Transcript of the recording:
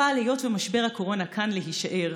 אבל היות שמשבר הקורונה כאן להישאר,